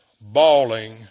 bawling